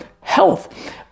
health